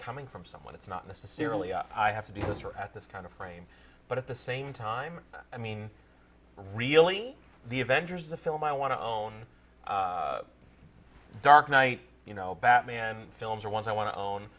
coming from someone it's not necessarily i have to do this or at this kind of frame but at the same time i mean really the avengers the film i want to own dark knight you know batman films are ones i want to own